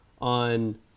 on